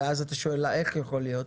ואז אתה שואל איך יכול להיות,